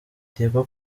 diego